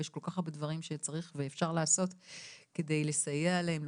יש כל כך הרבה דברים שצריך ואפשר לעשות כדי לסייע להם,